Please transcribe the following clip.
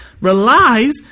relies